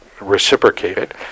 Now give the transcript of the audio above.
reciprocated